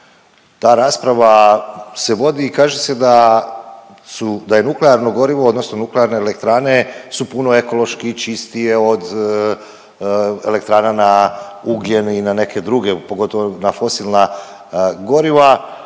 Ta rasprava se vodi i kaže se da su, da je nuklearno gorivo odnosno nuklearne elektrane su puno ekološki čistije od elektrana na ugljen i na neke druge, pogotovo na fosilna goriva